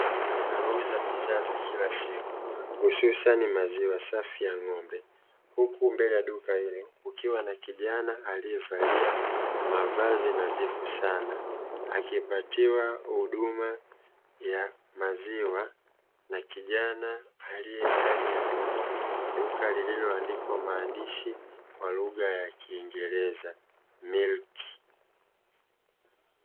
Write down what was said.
Duka linalouza bidhaa za kila siku hususani bidhaa za maziwa kukiwa na kijana aliyevaa nadhifu sana akipatiwa maziwa na kijana. aliyendani ya duka